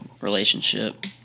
relationship